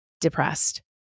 depressed